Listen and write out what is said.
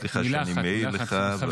סליחה שאני מעיר לך.